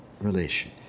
relation